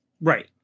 Right